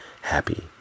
Happy